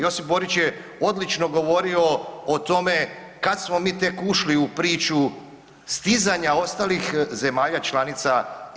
Josip Borić je odlično govorio o tome kad smo mi tek ušli u priču stizanja ostalih zemalja članica EU.